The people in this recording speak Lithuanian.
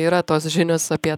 yra tos žinios apie